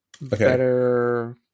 Better